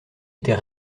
était